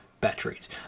batteries